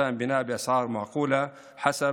סליחה, חבר